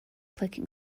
clicking